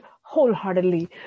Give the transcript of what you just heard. wholeheartedly